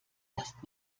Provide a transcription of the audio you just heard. erst